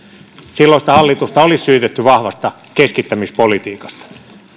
silloista hallitusta olisi syytetty vahvasta keskittämispolitiikasta